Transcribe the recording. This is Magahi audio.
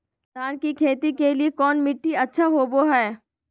धान की खेती के लिए कौन मिट्टी अच्छा होबो है?